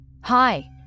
Hi